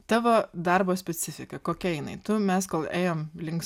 tavo darbo specifika kokia jinai tu mes kol ėjom links